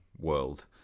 World